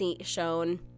Shown